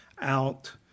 out